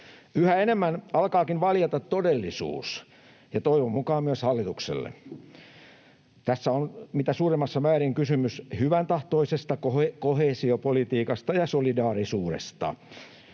Yhä enemmän alkaakin valjeta todellisuus, ja toivon mukaan myös hallitukselle. Tässä on mitä suurimmassa määrin kysymys hyväntahtoisesta koheesiopolitiikasta ja solidaarisuudesta.